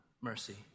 mercy